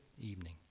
evening